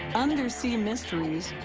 and undersea and mysteries,